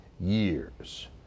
years